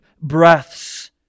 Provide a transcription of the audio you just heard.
breaths